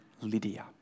Lydia